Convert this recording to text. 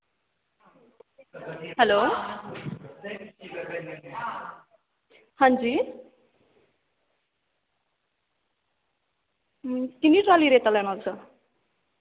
हां जी किन्नियां ट्रालियां रेता लैना तुसें